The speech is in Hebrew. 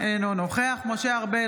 אינו נוכח משה ארבל,